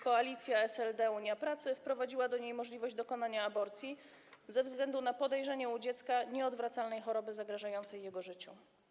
Koalicja SLD-Unia Pracy wprowadziła do niej możliwość dokonania aborcji ze względu na podejrzenie u dziecka nieodwracalnej choroby zagrażającej jego życiu.